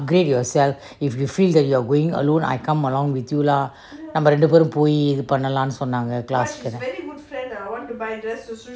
upgrade yourself if you feel that you are going alone I come along with you lah நம்ம ரெண்டு பேரும் போய் இது பண்ணலாம் னு சொன்னாங்க:namma rendu perum poi ithu pannalam nu sonnanga class